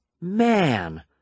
Man